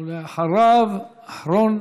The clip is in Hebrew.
ואחריו, אחרון